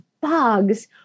bugs